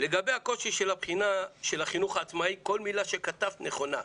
לגבי הקושי של הבחינה של החינוך העצמאי כל מילה שכתבת נכונה.